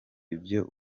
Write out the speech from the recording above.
ibyo